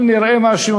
אם נראה משהו,